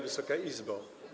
Wysoka Izbo!